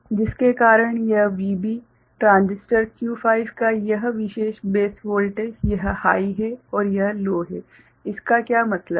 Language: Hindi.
जिसके कारण यह Vb ट्रांजिस्टर Q5 का यह विशेष बेस वोल्टेज यह हाइ है और यह लो है इसका क्या मतलब है